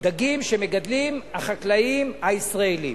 דגים שמגדלים החקלאים הישראלים,